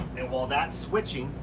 and while that's switching,